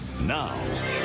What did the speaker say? now